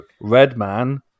Redman